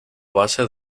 base